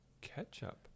ketchup